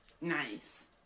Nice